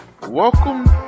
welcome